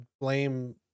blame